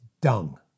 Dung